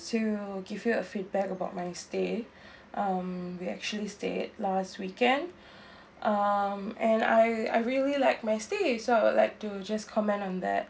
to give you a feedback about my stay um we actually stayed last weekend um and I I really like my stay so I would like to just comment on that